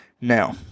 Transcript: Now